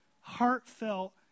heartfelt